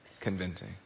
convincing